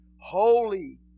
Holy